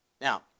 Now